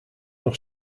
nog